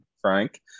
frank